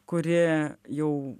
kurie jau